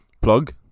plug